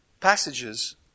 passages